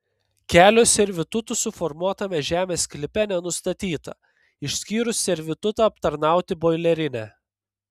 kelio servitutų suformuotame žemės sklype nenustatyta išskyrus servitutą aptarnauti boilerinę